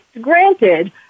granted